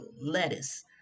lettuce